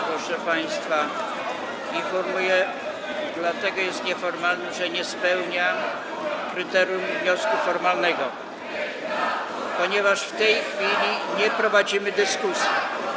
Proszę państwa, informuję, że dlatego jest on nieformalny, że nie spełnia kryterium wniosku formalnego, ponieważ w tej chwili nie prowadzimy dyskusji.